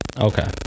Okay